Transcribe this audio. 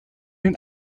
den